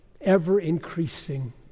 ever-increasing